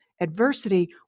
Adversity